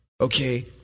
Okay